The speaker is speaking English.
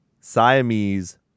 Siamese